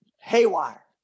haywire